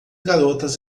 garotas